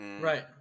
right